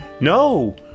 no